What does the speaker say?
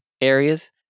areas